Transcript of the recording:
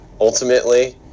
ultimately